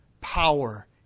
power